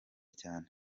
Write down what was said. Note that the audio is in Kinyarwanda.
cyane